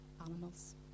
animals